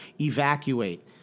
Evacuate